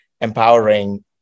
empowering